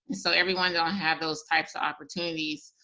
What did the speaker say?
so everyone doesn't have those types of opportunities,